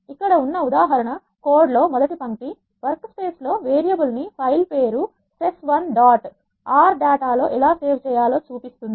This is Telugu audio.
ఇక్కడ ఉన్న ఉదాహరణ కోడ్ లో మొదటి పంక్తి వర్క్ స్పేస్ లో వేరియబుల్ ను ఫైల్ పేరు sess1 dot R డేటా లో ఎలా సేవ్ చేయాలో చూపిస్తుంది